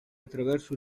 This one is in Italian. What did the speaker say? attraverso